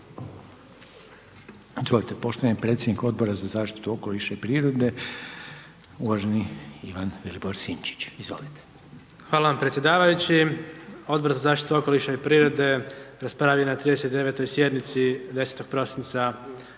Izvolite poštovani predsjednik Odbora za zaštitu okoliša i prirode, uvaženi Ivan Vilibor Sinčić, izvolite. **Sinčić, Ivan Vilibor (Živi zid)** Hvala vam predsjedavajući, Odbor za zaštitu okoliša i prirode, raspravio na 39. sjednici 10.12.